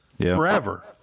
forever